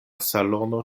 salono